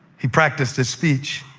he practiced his speech.